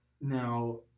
Now